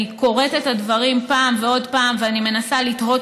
אני קוראת את הדברים פעם ועוד פעם ואני מנסה לתהות